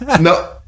No